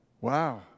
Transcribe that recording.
Wow